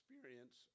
experience